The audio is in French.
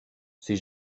ces